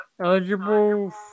eligible